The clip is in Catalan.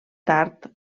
tard